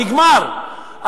נגמר עידן.